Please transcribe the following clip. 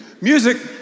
Music